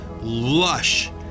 lush